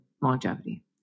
longevity